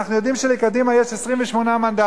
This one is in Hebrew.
ואנחנו יודעים שלקדימה יש 28 מנדטים,